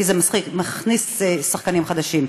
כי זה מכניס שחקנים חדשים.